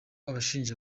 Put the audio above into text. abashinja